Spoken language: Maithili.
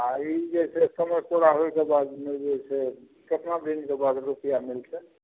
आ ई जे छै समय पुरा होइके बादमे जे छै केतना दिनके बाद रुपैआ मिलतै